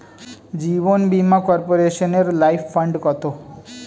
জীবন বীমা কর্পোরেশনের life fund কত?